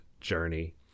journey